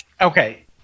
okay